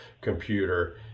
computer